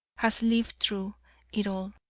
has lived through it all,